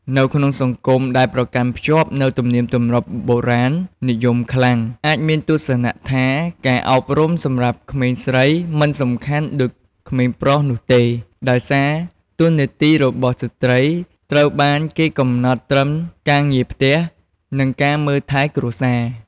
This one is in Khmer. នៅក្នុងសង្គមដែលប្រកាន់ខ្ជាប់នូវទំនៀមទម្លាប់បុរាណនិយមខ្លាំង អាចមានទស្សនៈថាការអប់រំសម្រាប់ក្មេងស្រីមិនសំខាន់ដូចក្មេងប្រុសនោះទេ ដោយសារតួនាទីរបស់ស្ត្រីត្រូវបានគេកំណត់ត្រឹមការងារផ្ទះ និងការមើលថែគ្រួសារ។